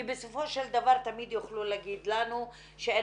כי בסופו של דבר תמיד יוכלו להגיד לנו שאין